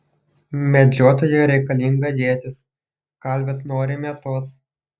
medžiotojui reikalinga ietis kalvis nori mėsos